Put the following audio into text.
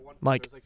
Mike